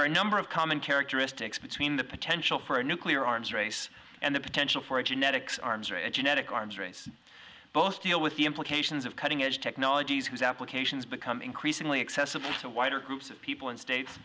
are a number of common characteristics between the potential for a nuclear arms race and the potential for a genetics arms race a genetic arms race both deal with the implications of cutting edge technologies whose applications become increasingly accessible to the wider groups of people in states